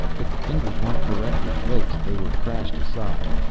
if the fingers weren't correctly placed, they were crashed aside.